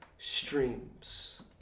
streams